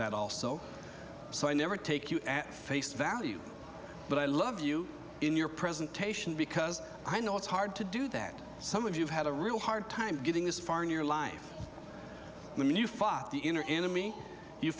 that also so i never take you at face value but i love you in your presentation because i know it's hard to do that some of you had a real hard time getting this far in your life when you